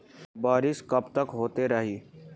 बरिस कबतक होते रही?